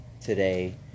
today